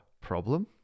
problem